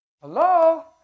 Hello